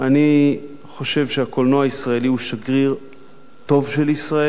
אני חושב שהקולנוע הישראלי הוא שגריר טוב של ישראל,